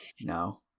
no